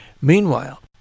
Meanwhile